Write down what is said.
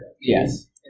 Yes